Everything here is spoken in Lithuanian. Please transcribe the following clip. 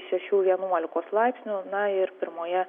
šešių vienuolikos laipsnių na ir pirmoje